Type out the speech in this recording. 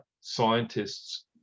scientists